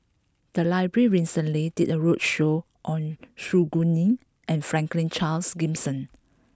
the library recently did a roadshow on Su Guaning and Franklin Charles Gimson